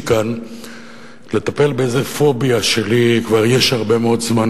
כאן לטפל באיזה פוביה שלי כבר הרבה מאוד זמן,